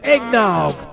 Eggnog